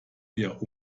ihr